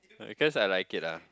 because I like it ah